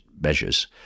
measures